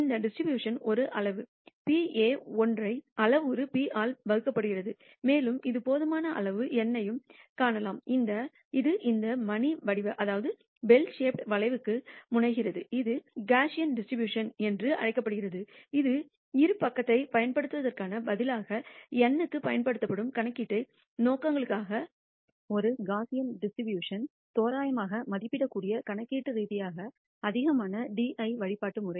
இந்த டிஸ்ட்ரிபியூஷன்ஒரு அளவுரு pa ஒற்றை அளவுரு p ஆல் வகைப்படுத்தப்படுகிறது மேலும் இது போதுமான அளவு n ஐயும் காணலாம் இது இந்த மணி வடிவ வளைவுக்கு முனைகிறது இது காஸியன் டிஸ்ட்ரிபியூஷன் என்று அழைக்கப்படுகிறது இது இருபக்கத்தைப் பயன்படுத்துவதற்குப் பதிலாக பெரிய n க்குப் பயன்படுத்தும் கணக்கீட்டு நோக்கங்களுக்காக ஒரு காஸியன் டிஸ்ட்ரிபூஷணனால் தோராயமாக மதிப்பிடக்கூடிய கணக்கீட்டு ரீதியாக அதிகமான di வழிபாட்டு முறை